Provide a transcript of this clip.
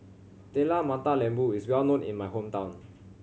Telur Mata Lembu is well known in my hometown